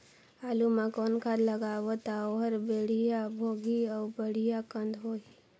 आलू मा कौन खाद लगाबो ता ओहार बेडिया भोगही अउ बेडिया कन्द होही?